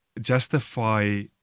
justify